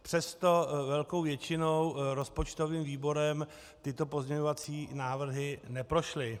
Přesto velkou většinou rozpočtovým výborem tyto pozměňovací návrhy neprošly.